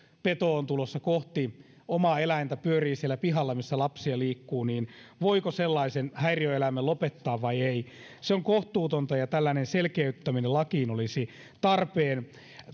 peto on tulossa kohti omaa eläintä tai pyörii siellä pihalla missä lapsia liikkuu voiko sellaisen häiriöeläimen lopettaa vai ei se on kohtuutonta ja tällainen selkeyttäminen lakiin olisi tarpeen